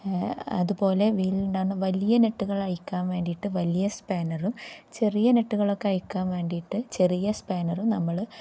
അതുപോലെ വീലിലുണ്ടാവുന്ന വലിയ നെട്ടുകൾ അഴിക്കാൻ വേണ്ടിയിട്ട് വലിയ സ്പാനറും ചെറിയ നെട്ടുകളൊക്കെ അഴിക്കാൻ വേണ്ടിയിട്ട് ചെറിയ സ്പാനറും നമ്മൾ